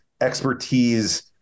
expertise